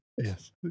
Yes